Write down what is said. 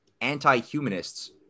anti-humanists